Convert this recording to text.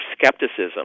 skepticism